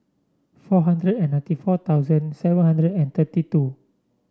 four hundred and ninety four thousand seven hundred and thirty two